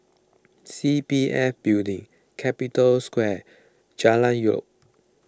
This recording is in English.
C P F Building Capital Square Jalan Elok